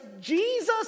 Jesus